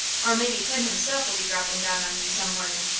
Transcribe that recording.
or maybe tim himself will be droppin' down on me some mornin'.